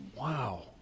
Wow